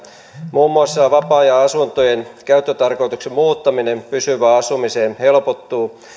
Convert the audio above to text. muun muassa vapaa ajanasuntojen käyttötarkoituksen muuttaminen pysyvään asumiseen helpottuu